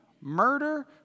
murder